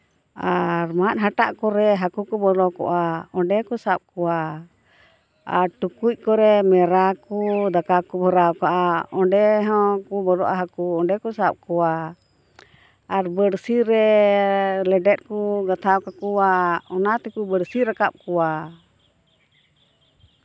ᱟᱨ ᱢᱟᱜ ᱦᱟᱴᱟᱜ ᱠᱚᱨᱮᱜ ᱦᱟᱹᱠᱩ ᱠᱚ ᱵᱚᱞᱚ ᱠᱚᱜᱼᱟ ᱚᱸᱰᱮ ᱠᱚ ᱥᱟᱵ ᱠᱚᱣᱟ ᱟᱨ ᱴᱩᱠᱩᱡ ᱠᱚᱨᱮᱜ ᱢᱮᱨᱟ ᱠᱚ ᱫᱟᱠᱟ ᱠᱚ ᱵᱷᱚᱨᱟᱣ ᱠᱟᱜᱼᱟ ᱚᱸᱰᱮ ᱦᱚᱸ ᱠᱚ ᱵᱚᱞᱚᱜᱼᱟ ᱦᱟᱹᱠᱩ ᱚᱸᱰᱮ ᱠᱚ ᱥᱟᱵ ᱠᱚᱣᱟ ᱟᱨ ᱵᱟᱹᱲᱥᱤ ᱨᱮ ᱞᱮᱸᱰᱮᱫ ᱠᱚ ᱜᱟᱛᱷᱟᱣ ᱠᱟᱠᱚᱣᱟ ᱚᱱᱟ ᱛᱮᱠᱚ ᱵᱟᱹᱲᱥᱤ ᱨᱟᱠᱟᱵ ᱠᱚᱣᱟ